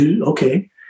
okay